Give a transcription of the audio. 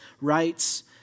rights